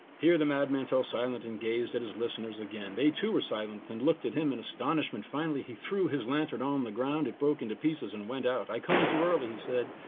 here the madman fell silent and gazed at his listeners again, they too were silent and looked at him in astonishment, finally he threw his lantern on um the ground, it broke into pieces and went out, i come too early, he said,